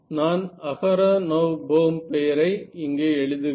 நான் Aharonov Bohm Aharonov Bohm பெயரை இங்கே எழுதுகிறேன்